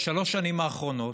בשלוש השנים האחרונות,